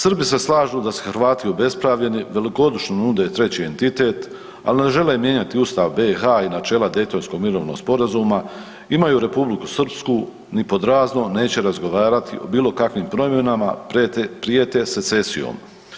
Srbi se slažu da su Hrvati obespravljeni, velikodušno nude treći entitet ali ne žele mijenjati Ustav BiH i načela Daytonskog mirovnog sporazuma, imaju Republiku Srpsku, ni pod razno neće razgovarati o bilokakvim promjenama, prijete secesijom.